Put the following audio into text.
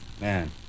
man